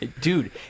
dude